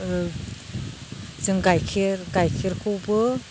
आरो जों गाइखेर गाइखेरखौबो